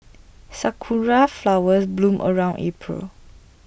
Sakura Flowers bloom around April